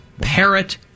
parrot